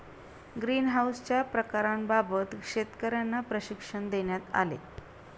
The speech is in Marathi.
ग्रीनहाउसच्या प्रकारांबाबत शेतकर्यांना प्रशिक्षण देण्यात आले